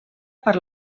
per